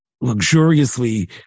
luxuriously